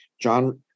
John